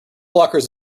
blockers